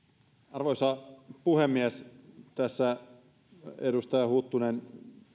arvoisa puhemies tässä edustaja huttunen